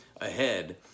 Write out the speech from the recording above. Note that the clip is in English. ahead